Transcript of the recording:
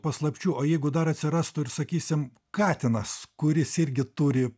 paslapčių o jeigu dar atsirastų ir sakysim katinas kuris irgi turi